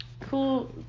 Cool